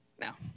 Now